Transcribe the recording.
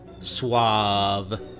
suave